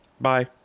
bye